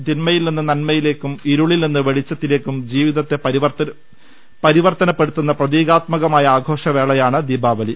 തിന്മയിൽ നിന്ന് നന്മയിലേക്കും ഇരുളിൽ നിന്ന് വെളി ച്ചത്തിലേക്കും ജീവിതത്തെ പരിവർത്തനപ്പെടുത്തുന്ന പ്രതീകാത്മകമായ ആഘോഷവേളയാണ് ദീപാവലി